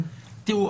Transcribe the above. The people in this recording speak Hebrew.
א',